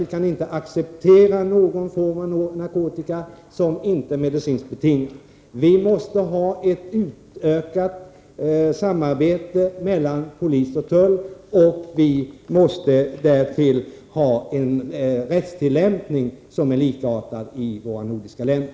Vi kan inte acceptera någon form av narkotikabruk som inte är medicinskt betingad. Vi måste ha ett utökat samarbete mellan polis och tull. Därtill måste rättstillämpningen vara likartad i våra nordiska länder.